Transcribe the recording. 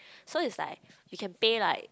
so it's like you can pay like